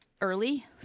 early